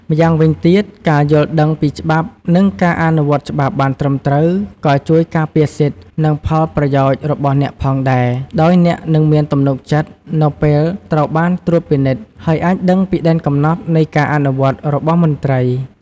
ម្យ៉ាងវិញទៀតការយល់ដឹងពីច្បាប់ និងការអនុវត្តច្បាប់បានត្រឹមត្រូវក៏ជួយការពារសិទ្ធិ និងផលប្រយោជន៍របស់អ្នកផងដែរ ដោយអ្នកនឹងមានទំនុកចិត្តនៅពេលត្រូវបានត្រួតពិនិត្យ ហើយអាចដឹងពីដែនកំណត់នៃការអនុវត្តរបស់មន្ត្រី។។